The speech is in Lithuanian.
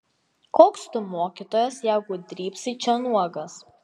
koks tu mokytojas jeigu drybsai čia nuogas